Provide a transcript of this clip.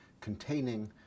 containing